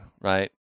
right